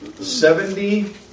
Seventy